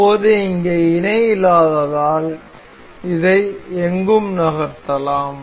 இப்போது இங்கே இணை இல்லாததால் இதை எங்கும் நகர்த்தலாம்